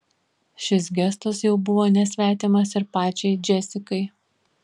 šis gestas jau buvo nesvetimas ir pačiai džesikai